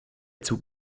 zug